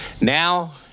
Now